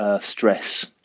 stress